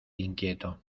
inquieto